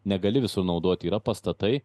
negali visur naudoti yra pastatai